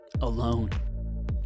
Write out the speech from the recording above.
alone